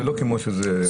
זה לא כמו שזה...